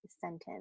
sentence